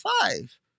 five